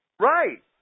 Right